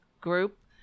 Group